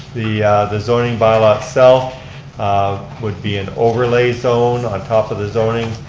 the the zoning bylaw itself would be an overlay zone on top of the zoning.